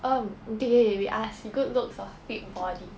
um okay we ask good looks or fit body